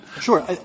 Sure